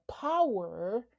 power